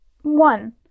one